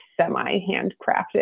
semi-handcrafted